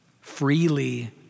freely